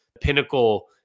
pinnacle